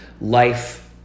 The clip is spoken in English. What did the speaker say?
life